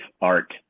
art